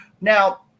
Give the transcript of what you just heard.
Now